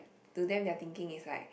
to them their thinking is like